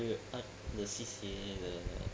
wait wait ah the C_C_A the